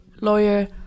lawyer